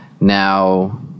Now